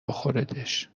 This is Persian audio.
بخوردش